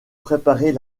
préparer